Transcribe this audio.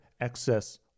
excess